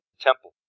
temple